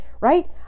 right